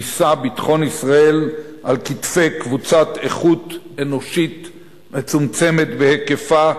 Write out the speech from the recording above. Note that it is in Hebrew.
נישא ביטחון ישראל על כתפי קבוצת איכות אנושית מצומצמת בהיקפה,